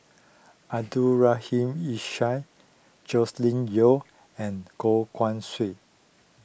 Abdul Rahim Ishak Joscelin Yeo and Goh Guan Siew